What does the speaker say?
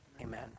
amen